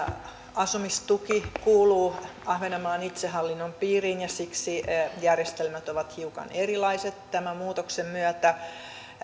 asumistuki kuuluu ahvenanmaan itsehallinnon piiriin ja siksi järjestelmät ovat hiukan erilaiset tämän muutoksen myötä